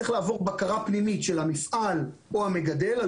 צריך לעבור בקרה פנימית של המפעל או המגדל,